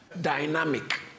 Dynamic